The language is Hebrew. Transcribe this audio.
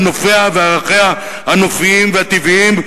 על נופיה וערכיה הנופיים והטבעיים,